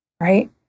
Right